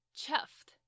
chuffed